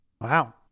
Wow